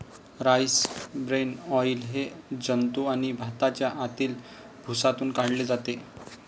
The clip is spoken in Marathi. राईस ब्रान ऑइल हे जंतू आणि भाताच्या आतील भुसातून काढले जाते